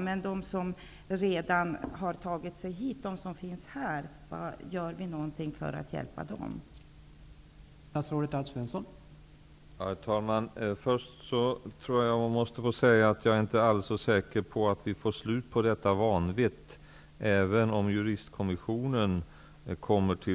Men görs det något för att hjälpa dem som redan har tagit sig hit till